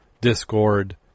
Discord